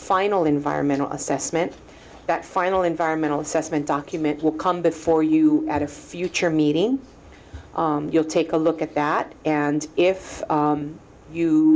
final environmental assessment that final environmental assessment document will come before you at a future meeting you'll take a look at that and if